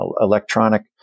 electronic